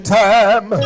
time